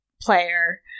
player